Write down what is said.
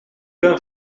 ben